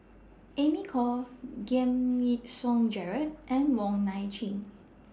Amy Khor Giam Yean Song Gerald and Wong Nai Chin